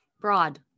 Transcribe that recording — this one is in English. broad